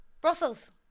Brussels